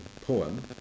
poem